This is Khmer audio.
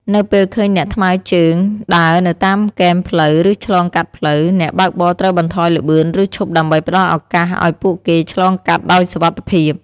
នៅពេលឃើញអ្នកថ្មើរជើងដើរនៅតាមគែមផ្លូវ ឬឆ្លងកាត់ផ្លូវ អ្នកបើកបរត្រូវបន្ថយល្បឿនឬឈប់ដើម្បីផ្តល់ឱកាសឱ្យពួកគេឆ្លងកាត់ដោយសុវត្ថិភាព។